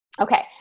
Okay